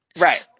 Right